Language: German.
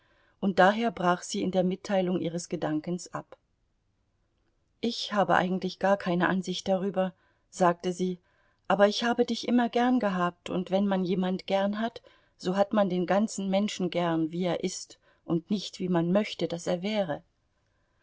und daher brach sie in der mitteilung ihres gedankens ab ich habe eigentlich gar keine ansicht darüber sagte sie aber ich habe dich immer gern gehabt und wenn man jemand gern hat so hat man den ganzen menschen gern wie er ist und nicht wie man möchte daß er wäre